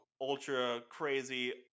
ultra-crazy